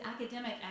academic